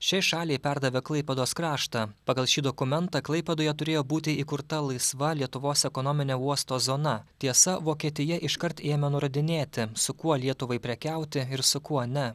šiai šaliai perdavė klaipėdos kraštą pagal šį dokumentą klaipėdoje turėjo būti įkurta laisva lietuvos ekonominė uosto zona tiesa vokietija iškart ėmė nurodinėti su kuo lietuvai prekiauti ir su kuo ne